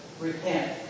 repent